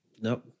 No